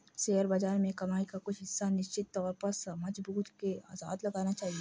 share बाज़ार में कमाई का कुछ हिस्सा निश्चित तौर पर समझबूझ के साथ लगाना चहिये